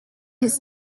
his